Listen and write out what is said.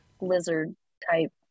Lizard-type